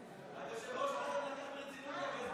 19 לחלופין ג'